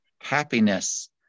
happiness